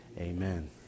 amen